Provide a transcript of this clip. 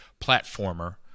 platformer